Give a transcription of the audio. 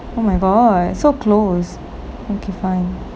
oh my god is so close okay fine